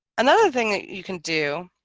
another thing that you can do